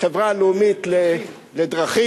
החברה הלאומית לדרכים.